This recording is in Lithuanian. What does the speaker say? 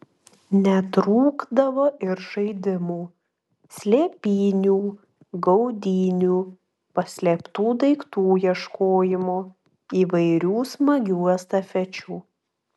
netrūkdavo ir žaidimų slėpynių gaudynių paslėptų daiktų ieškojimo įvairių smagių estafečių